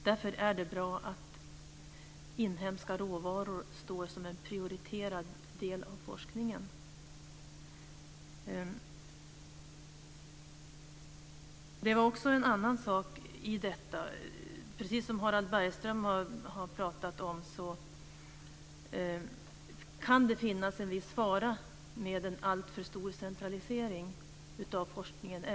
Därför är det bra att inhemska råvaror finns med som en prioriterad del av forskningen. En annan sak i sammanhanget är, precis som Harald Bergström pratade om, att det kan finnas en viss fara i en alltför stor centralisering av forskningen.